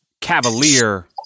cavalier